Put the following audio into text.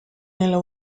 nella